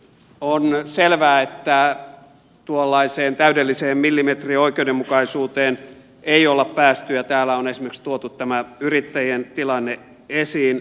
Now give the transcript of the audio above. on selvää että tuollaiseen täydelliseen millimetrioikeudenmukaisuuteen ei ole päästy ja täällä on esimerkiksi tuotu tämä yrittäjien tilanne esiin